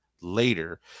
later